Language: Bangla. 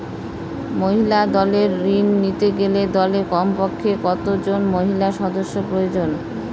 মহিলা দলের ঋণ নিতে গেলে দলে কমপক্ষে কত জন মহিলা সদস্য প্রয়োজন?